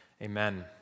Amen